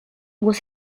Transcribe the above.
was